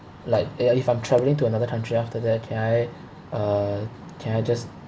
like ya if I'm travelling to another country after that can I uh can I just